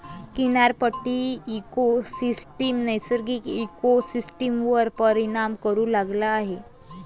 किनारपट्टी इकोसिस्टम नैसर्गिक इकोसिस्टमवर परिणाम करू लागला आहे